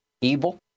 evil